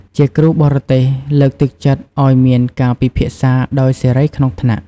ជាគ្រូបរទេសលើកទឹកចិត្តឲ្យមានការពិភាក្សាដោយសេរីក្នុងថ្នាក់។